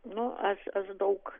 nu aš aš daug